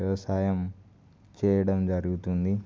వ్యవసాయం చేయడం జరుగుతుంది